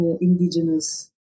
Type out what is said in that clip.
indigenous